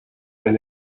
and